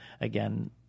Again